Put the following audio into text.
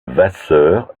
vasseur